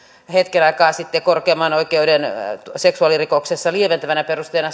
hetken aikaa sitten korkeimman oikeuden lieventävänä perusteena